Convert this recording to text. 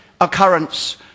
occurrence